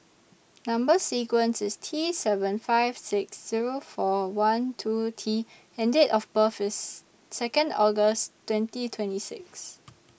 Number sequence IS T seven five six Zero four one two T and Date of birth IS Second August twenty twenty six